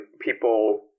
people